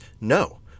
no